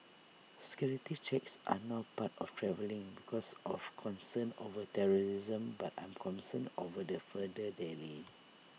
security checks are now part of travelling because of concerns over terrorism but I'm concerned over the further delay